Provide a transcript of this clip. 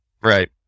Right